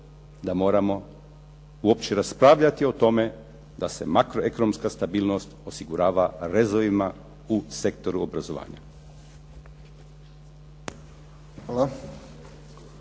da moramo uopće raspravljati o tome da se makroekonomska stabilnost osigurava rezovima u sektoru obrazovanja.